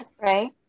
right